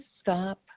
stop